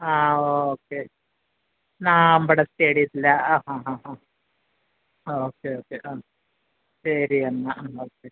ആ ഓക്കെ നാഗമ്പടം സ്റ്റേഡിയത്തിലാണ് അ അ അ അ ഓക്കെ ഓക്കെ ആ ശരിയെന്നാൽ ആ ഓക്കെ